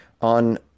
On